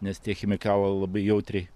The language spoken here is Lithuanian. nes tie chemikalai labai jautriai